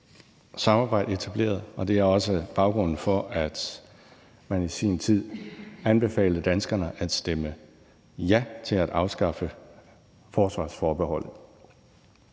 samarbejde etableret. Og det er også baggrunden for, at man i sin tid anbefalede danskerne at stemme ja til at afskaffe forsvarsforbeholdet.